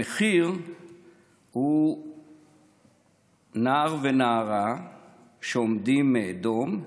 המחיר הוא נער ונערה שעומדים דום,